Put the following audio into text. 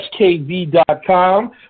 SKV.com